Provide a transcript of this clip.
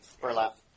Burlap